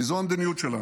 כי זו המדיניות שלנו.